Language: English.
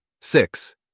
Six